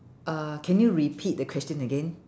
uh can you repeat the question again